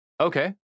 Okay